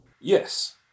Yes